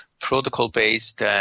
protocol-based